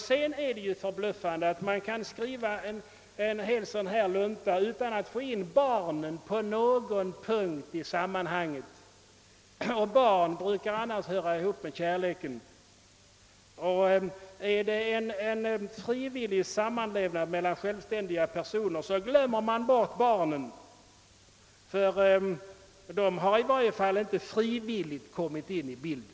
Det är också förbluffande att man kan skriva en sådan lunta som denna utan att få in barnen på någon punkt i sammanhanget. Barn brukar annars höra ihop med kärleken. I ett utlåtande om en »frivillig samlevnad mellan självständiga personer» har man glömt bort barnen; de hör också till gemenskapen men har sannerligen inte frivilligt kommit in i bilden.